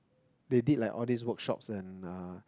they did like all these workshops and uh